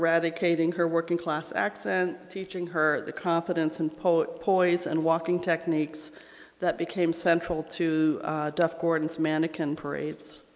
eradicating her working-class accent, teaching her the confidence and poise poise and walking techniques that became central to duff-gordon's mannequin parades